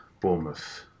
Bournemouth